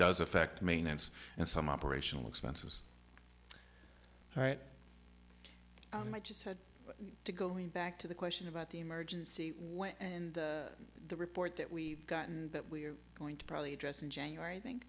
does affect maintenance and some operational expenses right i just had to go back to the question about the emergency and the report that we've gotten that we're going to probably address in january think